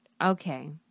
Okay